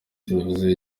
televiziyo